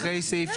אחרי "סעיף